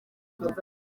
rubanza